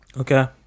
Okay